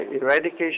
eradication